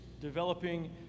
developing